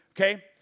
Okay